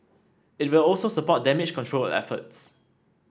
it will also support damage control efforts